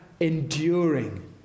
enduring